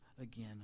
again